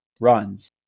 runs